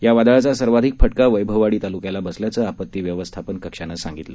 या वादळाचा सर्वाधित फटका वैभववाडी तालुक्याला बसल्याचं आपत्ती व्यवस्थापन कक्षानं सांगितलं